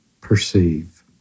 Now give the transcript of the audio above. perceive